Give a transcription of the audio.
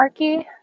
Arky